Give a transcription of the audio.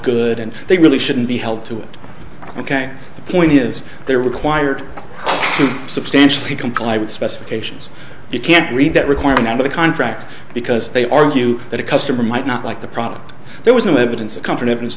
good and they really shouldn't be held to it ok the point is they're required to substantially comply with specifications you can't read that require remember the contract because they argue that a customer might not like the product there was no evidence of co